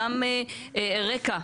גם רקע,